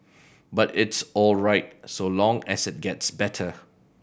but it's all right so long as it gets better